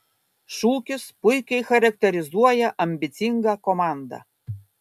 šūkis puikiai charakterizuoja ambicingą komandą